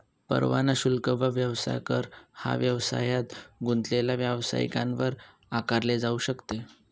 परवाना शुल्क व व्यवसाय कर हा व्यवसायात गुंतलेले व्यावसायिकांवर आकारले जाऊ शकते